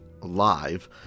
live